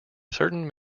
certain